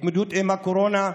התמודדות עם הקורונה,